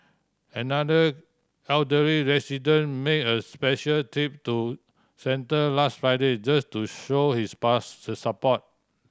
another elderly resident made a special trip to centre last Friday just to show his support